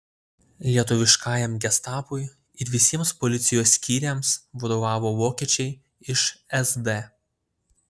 lietuviškajam gestapui ir visiems policijos skyriams vadovavo vokiečiai iš sd